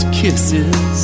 kisses